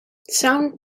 sound